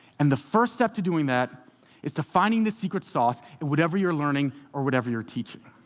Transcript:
and the first step to doing that is to finding the secret sauce in whatever you're learning or whatever you're teaching.